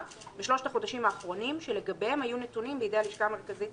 בשלושת החודשים האחרונים שלגביהם היו נתונים בידי הלשכה המרכזית